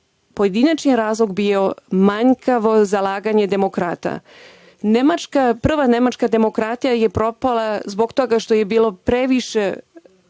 pojedinačni razlog je bio manjkavo zalaganje demokrata. Prva nemačka demokratija je propala zbog toga što je bilo previše